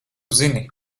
zini